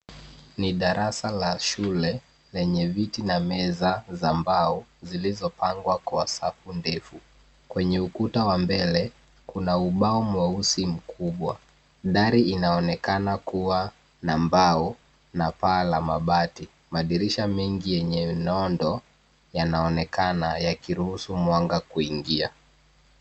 Ni darasa la shule lenye viti na meza za mbao zilizopangwa kwa safu ndefu. Kwenye ukuta wa mbele, kuna ubao mweusi mkubwa. Dari inaonekana kuwa na mbao na paa la mabati. Madirisha mengi yenye nondo yanaonekana yakiruhusu mwanga kuingia.